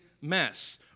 mess